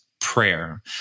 prayer